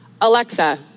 Alexa